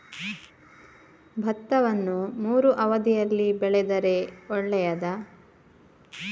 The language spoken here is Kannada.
ಭತ್ತವನ್ನು ಮೂರೂ ಅವಧಿಯಲ್ಲಿ ಬೆಳೆದರೆ ಒಳ್ಳೆಯದಾ?